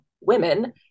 women